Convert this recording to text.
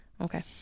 Okay